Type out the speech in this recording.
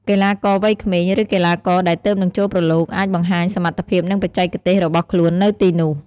កីឡាករវ័យក្មេង ឬកីឡាករដែលទើបនឹងចូលប្រឡូក អាចបង្ហាញសមត្ថភាព និងបច្ចេកទេសរបស់ខ្លួននៅទីនោះ។